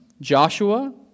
Joshua